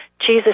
Jesus